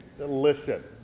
listen